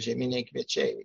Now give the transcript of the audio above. žieminiai kviečiai